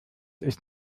ist